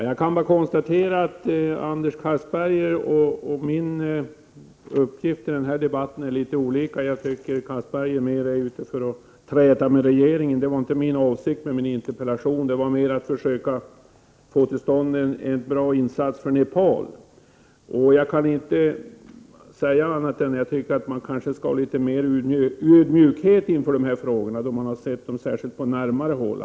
Fru talman! Jag vill konstatera att Anders Castbergers och min uppgift i denna debatt är litet olika. Jag tycker att Castberger mera är ute efter att träta med regeringen. Det var inte avsikten med min interpellation, utan snarare att försöka få till stånd en bra insats för Nepal. Jag tycker, särskilt efter att ha sett dessa frågor på närmare håll, att man skall visa litet större ödmjukhet i detta sammanhang.